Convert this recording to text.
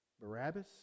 Barabbas